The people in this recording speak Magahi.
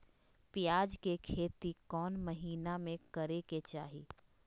प्याज के खेती कौन महीना में करेके चाही?